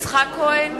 יצחק כהן,